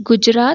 Gujarat